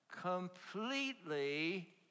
completely